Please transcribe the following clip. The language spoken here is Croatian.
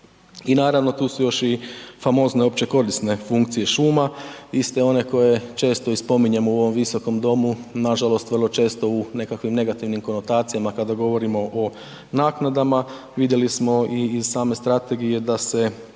I naravno, tu su još i famozne općekorisne funkcije šuma, iste one koje često i spominjemo u ovom visokom domu, nažalost vrlo često u nekakvim negativnim konotacijama kada govorimo o naknadama. Vidjeli smo i iz same strategije da se